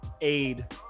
aid